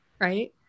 right